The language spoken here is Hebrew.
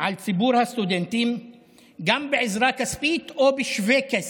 על ציבור הסטודנטים גם בעזרה כספית או בשווה כסף.